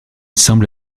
semble